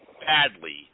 badly